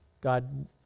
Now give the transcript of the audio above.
God